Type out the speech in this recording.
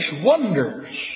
wonders